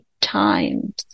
times